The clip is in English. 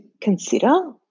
consider